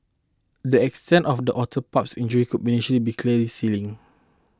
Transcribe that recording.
the extent of the otter pup's injury could initially be clearly seen